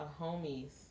homie's